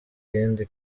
iyindi